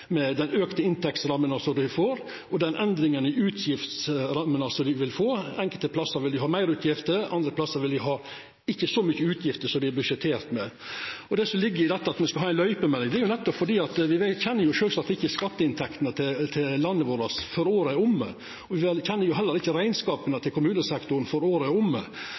den auka inntektsramma dei får, og den endringa i utgiftene sine som dei vil få. Enkelte plassar vil dei ha meir utgifter, og andre plassar vil dei ikkje ha så store utgifter som dei har budsjettert med. Det som ligg i dette med ei løypemelding, er sjølvsagt at me ikkje kjenner skatteinntektene til landet vårt før året er omme. Me kjenner heller ikkje rekneskapane til kommunesektoren før året er omme.